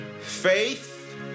faith